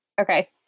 okay